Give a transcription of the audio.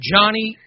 Johnny